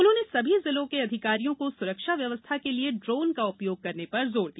उन्होंने सभी जिलों के अधिकारियों को सुरक्षा व्यवस्था के लिए ड्रोन का उपयोग करने पर जोर दिया